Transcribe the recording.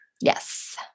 Yes